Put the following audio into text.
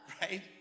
right